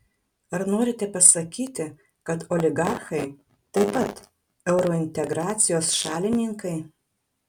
ar norite pasakyti kad oligarchai taip pat eurointegracijos šalininkai